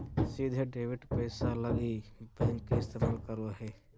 सीधे डेबिट पैसा लगी बैंक के इस्तमाल करो हइ